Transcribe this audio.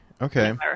Okay